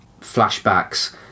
flashbacks